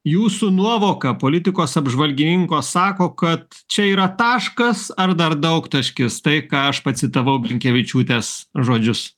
jūsų nuovoka politikos apžvalgininko sako kad čia yra taškas ar dar daugtaškis tai ką aš pacitavau blinkevičiūtės žodžius